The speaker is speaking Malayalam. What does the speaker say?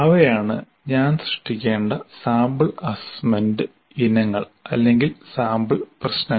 അവയാണ് ഞാൻ സൃഷ്ടിക്കേണ്ട സാമ്പിൾ അസസ്മെന്റ് ഇനങ്ങൾ അല്ലെങ്കിൽ സാമ്പിൾ പ്രശ്നങ്ങൾ